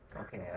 Okay